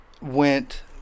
went